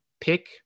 Pick